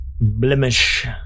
blemish